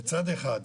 מצד אחד,